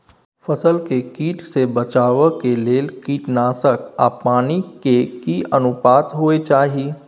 फसल के कीट से बचाव के लेल कीटनासक आ पानी के की अनुपात होय चाही?